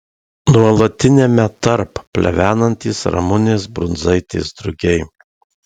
nuolatiniame tarp plevenantys ramunės brundzaitės drugiai